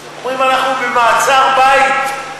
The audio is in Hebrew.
אומרים: אנחנו במעצר בית,